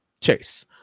chase